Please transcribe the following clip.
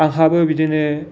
आंहाबो बिदिनो